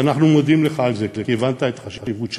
ואנחנו מודים לך על זה, כי הבנת את החשיבות של